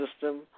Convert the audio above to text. system